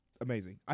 Amazing